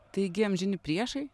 taigi amžini priešai